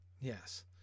yes